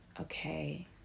Okay